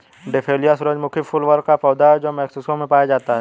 dahlia सूरजमुखी फूल वर्ग का पौधा है जो मेक्सिको में पाया जाता है